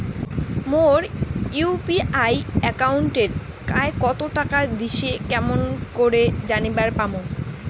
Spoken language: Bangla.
মোর ইউ.পি.আই একাউন্টে কায় কতো টাকা দিসে কেমন করে জানিবার পামু?